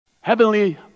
Heavenly